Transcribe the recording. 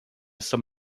some